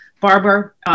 Barber